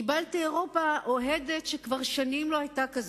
קיבלת אירופה אוהדת, שכבר שנים לא היתה כזאת.